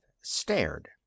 stared